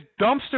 dumpster